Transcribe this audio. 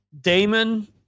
Damon